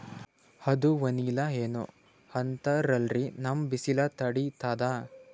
ಅದು ವನಿಲಾ ಏನೋ ಅಂತಾರಲ್ರೀ, ನಮ್ ಬಿಸಿಲ ತಡೀತದಾ?